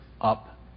up